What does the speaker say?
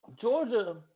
Georgia